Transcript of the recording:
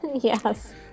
yes